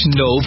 no